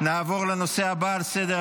26 נגד.